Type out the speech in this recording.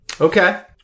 Okay